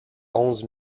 onze